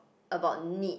about neat